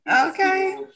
Okay